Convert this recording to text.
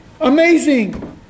Amazing